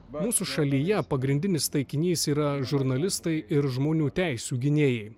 mūsų šalyje pagrindinis taikinys yra žurnalistai ir žmonių teisių gynėjai